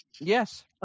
Yes